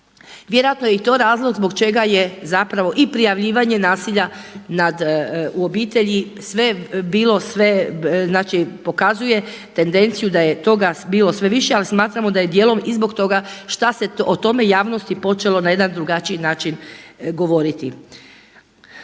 Vjerojatno je i to razlog zbog čega je zapravo i prijavljivanje nasilja u obitelji sve, bilo sve, znači pokazuje tendenciju da je toga bilo sve više ali smatramo da je djelom i zbog toga šta se o tome javnosti počelo na jedan drugačiji način govoriti.